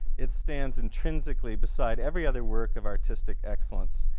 it stands intrinsically beside every other work of artistic excellence.